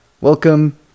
Welcome